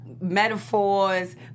metaphors